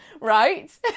right